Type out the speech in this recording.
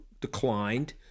declined